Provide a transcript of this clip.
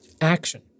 Action